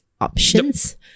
options